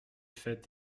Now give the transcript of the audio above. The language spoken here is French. fête